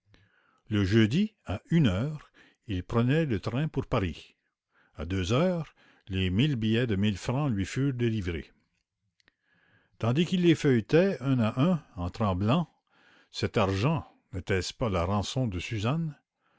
le jeudi à une heure il prenait le train pour paris à deux heures les mille billets de mille francs lui furent délivrés tandis qu'il les feuilletait un à un en tremblant cet argent n'était-ce pas la rançon de suzanne